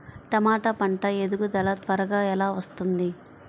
టమాట పంట ఎదుగుదల త్వరగా ఎలా వస్తుంది?